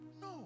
no